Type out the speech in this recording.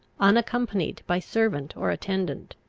unaccompanied by servant or attendant.